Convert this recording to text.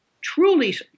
Truly